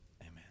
Amen